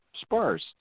Sparse